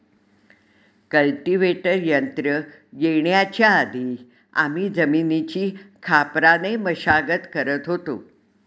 cultivator यंत्र येण्याच्या आधी आम्ही जमिनीची खापराने मशागत करत होतो